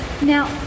Now